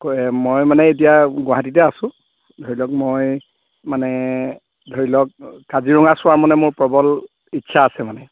মই মানে এতিয়া গুৱাহাটীতে আছোঁ ধৰি লওক মই মানে ধৰি লওক কাজিৰঙা চোৱাৰ মানে মোৰ প্ৰবল ইচ্ছা আছে মানে